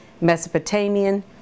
Mesopotamian